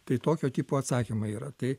tai tokio tipo atsakymai yra tai